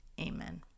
Amen